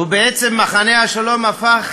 ובעצם מחנה השלום הפך